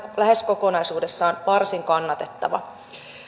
lähes kokonaisuudessaan varsin kannatettava